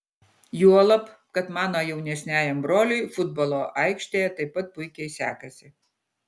juolab kad mano jaunesniajam broliui futbolo aikštėje taip pat puikiai sekasi